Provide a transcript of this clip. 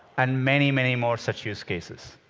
and many, many more such use cases.